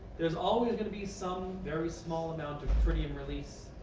there's always going to be some very small amount of tritium released.